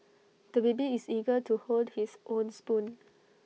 the baby is eager to hold his own spoon